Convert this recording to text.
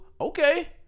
Okay